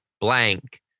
blank